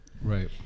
Right